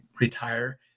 retire